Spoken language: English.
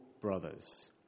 brothers